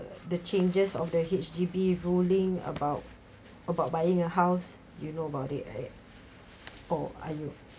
the changes of the H_D_B ruling about about buying a house you know about it eh or !aiyo!